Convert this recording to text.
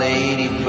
Lady